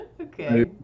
Okay